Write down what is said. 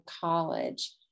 college